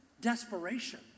desperation